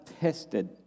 tested